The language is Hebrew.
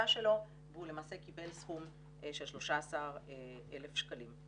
שלו והוא למעשה קיבל סכום של 13,000 שקלים.